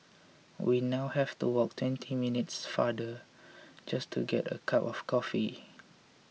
we now have to walk twenty minutes farther just to get a cup of coffee